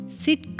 sit